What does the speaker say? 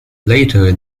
later